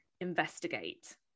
investigate